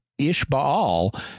Ishbaal